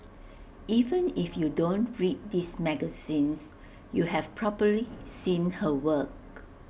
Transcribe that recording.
even if you don't read these magazines you've probably seen her work